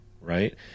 right